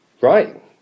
Right